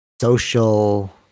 social